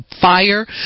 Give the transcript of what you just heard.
fire